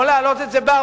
או להעלות את זה ב-40%.